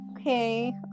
Okay